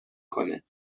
کنه